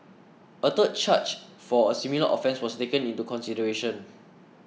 a third charge for a similar offence was taken into consideration